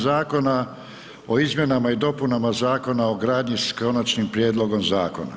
Zakona o izmjenama i dopunama Zakona o gradnji s Konačnim prijedlogom zakona.